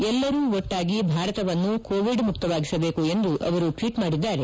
ಎಲ್ಲರೂ ಒಟ್ಟಾಗಿ ಭಾರತವನ್ನು ಕೋವಿಡ್ ಮುಕ್ತವಾಗಿಸಬೇಕು ಎಂದು ಅವರು ಟ್ವೀಟ್ ಮಾಡಿದ್ದಾರೆ